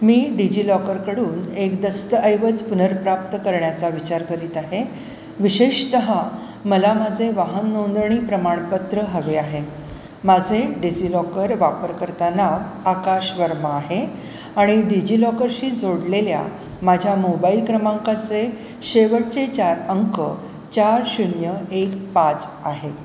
मी डिजिलॉकरकडून एक दस्तऐवज पुनर्प्राप्त करण्याचा विचार करीत आहे विशेषतः मला माझे वाहन नोंदणी प्रमाणपत्र हवे आहे माझे डिजिलॉकर वापरकर्ता नाव आकाश वर्मा आहे आणि डिजिलॉकरशी जोडलेल्या माझ्या मोबाईल क्रमांकाचे शेवटचे चार अंक चार शून्य एक पाच आहे